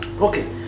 Okay